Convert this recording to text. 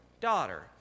daughter